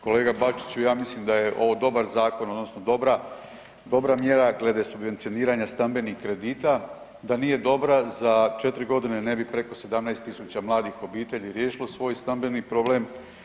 Kolega Bačiću, ja mislim da je ovo dobar zakon odnosno dobra, dobra mjera glede subvencioniranja stambenih kredita, da nije dobra za 4.g. ne bi preko 17.000 mladih obitelji riješilo svoj stambeni problem.